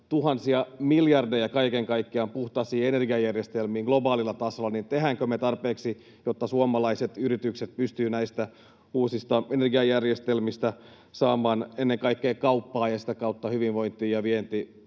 tuhansia miljardeja kaiken kaikkiaan puhtaisiin energiajärjestelmiin globaalilla tasolla, niin tehdäänkö me tarpeeksi, jotta suomalaiset yritykset pystyvät näistä uusista energiajärjestelmistä saamaan ennen kaikkea kauppaa ja sitä kautta hyvinvointia ja vientieuroja